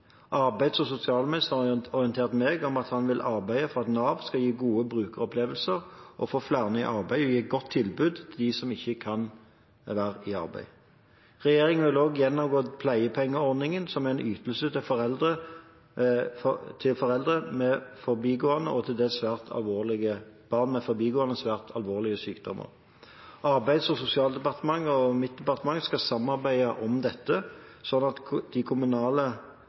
arbeids- og velferdsordningene. Arbeids- og sosialministeren har orientert meg om at han vil arbeide for at Nav skal gi gode brukeropplevelser, få flere i arbeid og gi et godt tilbud til dem som ikke kan være i arbeid. Regjeringen vil også gjennomgå pleiepengeordningen, som er en ytelse til foreldre med barn med forbigående og til dels svært alvorlige sykdommer. Arbeids- og sosialdepartementet og mitt departement skal samarbeide om dette sånn at de kommunale